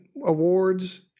Awards